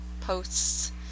posts